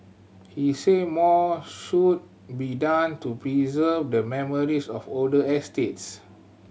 he said more should be done to preserve the memories of older estates